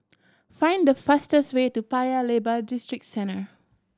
find the fastest way to Paya Lebar Districentre